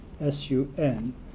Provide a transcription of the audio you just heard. S-U-N